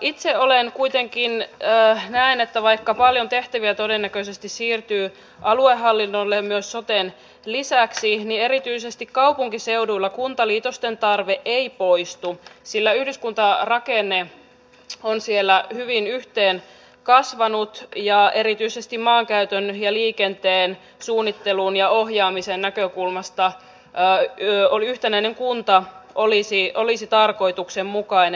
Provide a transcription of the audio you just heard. itse kuitenkin näen että vaikka paljon tehtäviä todennäköisesti siirtyy aluehallinnolle myös soten lisäksi niin erityisesti kaupunkiseuduilla kuntaliitosten tarve ei poistu sillä yhdyskuntarakenne on siellä hyvin yhteenkasvanut ja erityisesti maankäytön ja liikenteen suunnittelun ja ohjaamisen näkökulmasta yhtenäinen kunta olisi tarkoituksenmukainen